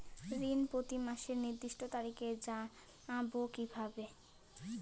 ঋণ প্রতিমাসের নির্দিষ্ট তারিখ জানবো কিভাবে?